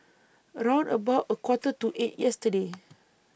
round about A Quarter to eight yesterday